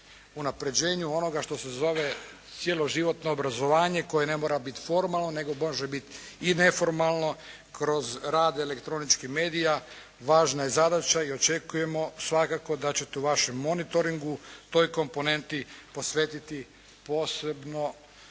unapređenju onoga što se zove cjeloživotno obrazovanje koje ne mora biti formalno nego može biti i neformalno kroz rad elektroničkih medija. Važna je zadaća i očekujemo svakako da ćete vašem monitoringu, toj komponenti posvetiti posebno